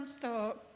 thought